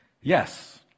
Yes